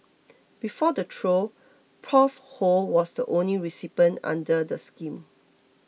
before the trio Prof Ho was the only recipient under the scheme